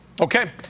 Okay